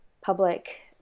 public